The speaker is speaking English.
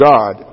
God